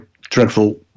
dreadful